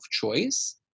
choice